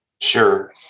Sure